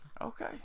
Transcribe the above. Okay